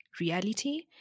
reality